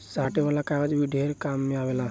साटे वाला कागज भी ढेर काम मे आवेला